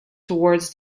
towards